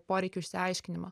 poreikių išsiaiškinimo